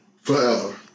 forever